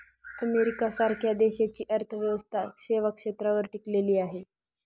America सारख्या देशाची अर्थव्यवस्था सेवा क्षेत्रावर टिकलेली आहे